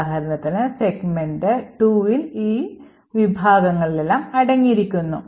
ഉദാഹരണത്തിന് സെഗ്മെന്റ് 2ൽ ഈ വിഭാഗങ്ങളെല്ലാം അടങ്ങിയിരിക്കുന്നു